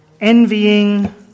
envying